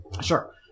Sure